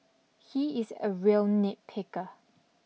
he is a real nitpicker